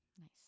Nice